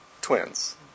twins